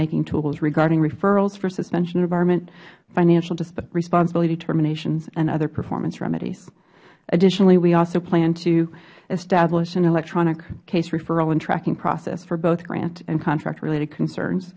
making tools regarding referrals for suspension and debarment financial responsibility determinations and other performance remedies additionally we also plan to establish an electronic case referral and tracking process for both grant and contract related concerns